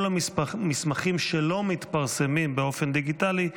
כל המסמכים שלא מתפרסמים דיגיטלית,